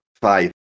five